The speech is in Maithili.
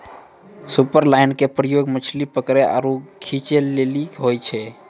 सुपरलाइन के प्रयोग मछली पकरै आरु खींचै लेली होय छै